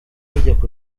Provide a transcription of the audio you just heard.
tegeko